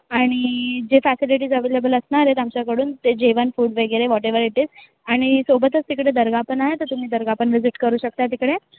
आणि जे facilities available असणार आहेत आमच्याकडून ते जेवण फूड वगैरे व्हॉटएवर इटि ज आणि सोबतच तिकडे दर्गा पण आहे तर तुम्ही दर्गा पण व्हिजिट करू शकता तिकडे